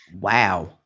Wow